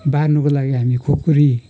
बार्नुको लागि हामी खुकुरी